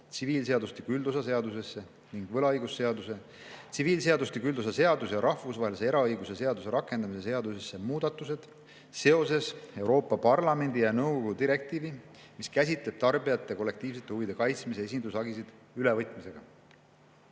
tsiviilseadustiku üldosa seadusesse ning võlaõigusseaduse, tsiviilseadustiku üldosa seaduse ja rahvusvahelise eraõiguse seaduse rakendamise seadusesse muudatused seoses Euroopa Parlamendi ja nõukogu direktiivi, mis käsitleb tarbijate kollektiivsete huvide kaitsmise esindushagisid, ülevõtmisega. On